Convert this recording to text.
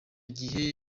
gihe